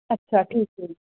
ਅੱਛਾ ਠੀਕ ਹੈ ਜੀ